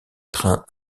trains